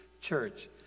church